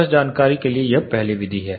बस जानकारी के लिए यह पहली विधि है